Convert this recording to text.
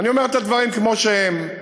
אני אומר את הדברים כמו שהם: